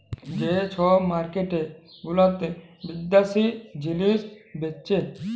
যে ছব মার্কেট গুলাতে বিদ্যাশি জিলিস বেঁচে